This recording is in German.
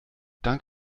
dank